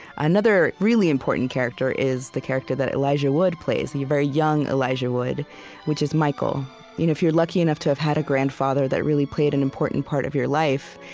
another really important character is the character that elijah wood plays a very young elijah wood which is michael you know if you're lucky enough to have had a grandfather that really played an important part of your life,